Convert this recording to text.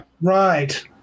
right